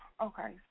Okay